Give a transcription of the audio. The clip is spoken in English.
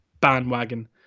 bandwagon